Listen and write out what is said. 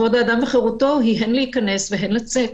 כבוד האדם וחירותו היא הן להיכנס והן לצאת.